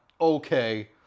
okay